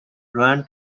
run